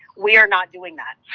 we are not doing that.